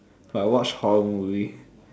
but I watch horror movies